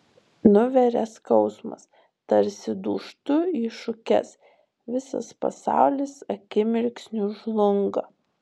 nuveria skausmas tarsi dūžtu į šukes visas pasaulis akimirksniu žlunga